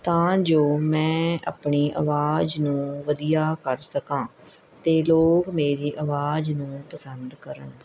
ਤਾਂ ਜੋ ਮੈਂ ਆਪਣੀ ਆਵਾਜ਼ ਨੂੰ ਵਧੀਆ ਕਰ ਸਕਾਂ ਅਤੇ ਲੋਕ ਮੇਰੀ ਆਵਾਜ਼ ਨੂੰ ਪਸੰਦ ਕਰਨ